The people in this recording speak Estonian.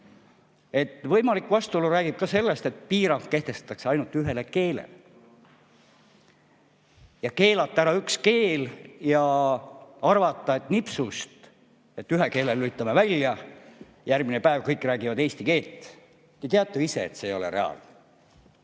Võimalik vastuolu on ka selles, et piirang kehtestatakse ainult ühele keelele. Keelata ära üks keel ja arvata, et nipsust ühe keele lülitame välja, järgmine päev kõik räägivad eesti keelt – te teate ju ise, et see ei ole reaalne.